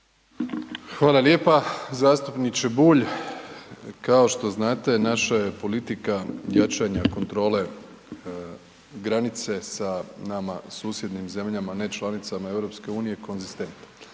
Hvala lijepa. Zastupniče Bulj kao što znate naša je politika jačanja kontrole granice sa nama susjednim zemljama nečlanicama EU konzistentna.